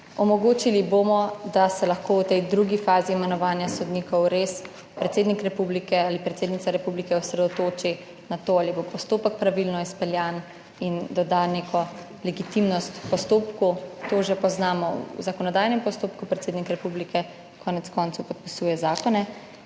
Omogočili bomo, da se lahko v tej drugi fazi imenovanja sodnikov res predsednik republike ali predsednica republike osredotoči na to, ali bo postopek pravilno izpeljan, in doda neko legitimnost v postopku. To že poznamo v zakonodajnem postopku, predsednik republike konec koncev podpisuje zakone.